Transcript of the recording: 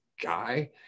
guy